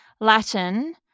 Latin